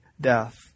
death